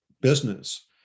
business